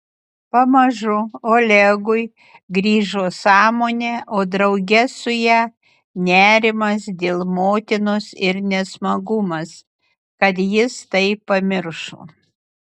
pamažu olegui grįžo sąmonė o drauge su ja nerimas dėl motinos ir nesmagumas kad jis tai pamiršo